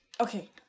okay